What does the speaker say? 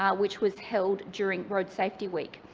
ah which was held during road safety week.